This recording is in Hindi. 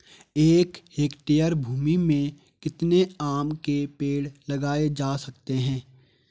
एक हेक्टेयर भूमि में कितने आम के पेड़ लगाए जा सकते हैं?